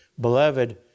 Beloved